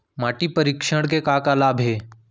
माटी परीक्षण के का का लाभ हे?